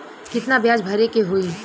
कितना ब्याज भरे के होई?